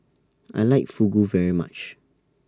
I like Fugu very much